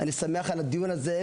אז אני שמח על קיום הדיון הזה,